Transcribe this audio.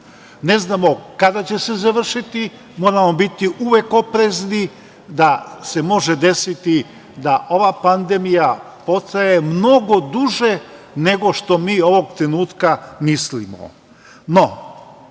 ne znamo kada će se završiti, moramo biti uvek oprezni da se može desiti da ova pandemija potraje mnogo duže nego što mi ovog trenutka mislimo.No,